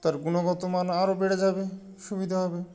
তার গুণগত মান আরও বেড়ে যাবে সুবিধা হবে